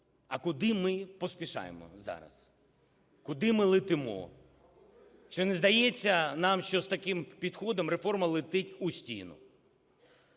а куди ми поспішаємо зараз. Куди ми летимо? Чи не здається нам, що з таким підходом реформа летить у стіну?